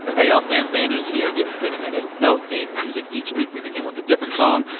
hey, y'all, sam sanders here. it's been a minute. no theme music each week we begin with a different song.